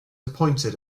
appointed